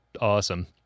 awesome